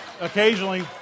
Occasionally